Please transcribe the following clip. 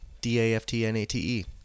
D-A-F-T-N-A-T-E